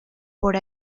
por